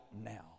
now